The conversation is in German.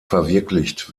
verwirklicht